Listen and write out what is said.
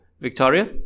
Victoria